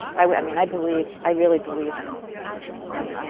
i i mean, i believe i really believe in and